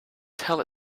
tell